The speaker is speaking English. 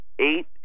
eight